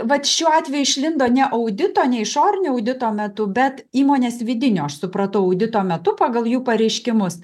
vat šiuo atveju išlindo ne audito ne išorinio audito metu bet įmonės vidinio aš supratau audito metu pagal jų pareiškimus